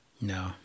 No